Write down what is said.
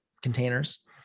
containers